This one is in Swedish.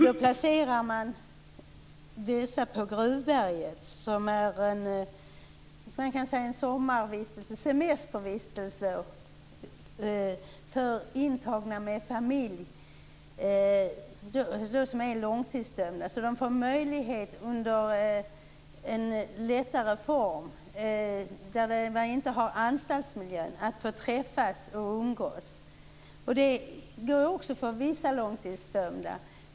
Då placerar man dessa på Gruvberget, som är en plats för semestervistelse för långtidsdömda intagna med familj. De får möjlighet att träffas och umgås under lättare former utanför anstaltsmiljön. Det går bra för vissa långtidsdömda.